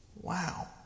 Wow